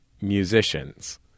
musicians